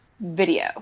video